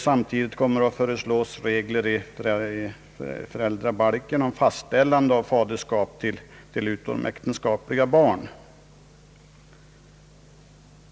Samtidigt kommer det att föreslås regler i föräldrabalken för fastställande av faderskap till utomäktenskapliga barn.